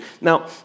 Now